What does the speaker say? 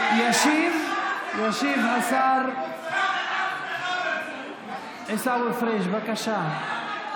ישיב השר עיסאווי פריג', בבקשה.